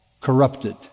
corrupted